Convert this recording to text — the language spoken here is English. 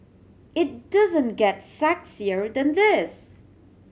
it doesn't get sexier than this